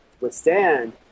withstand